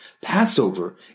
Passover